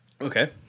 okay